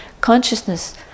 Consciousness